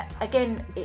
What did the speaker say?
again